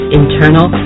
internal